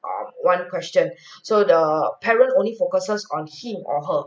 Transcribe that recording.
err one question so the parents only focuses on him or her